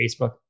Facebook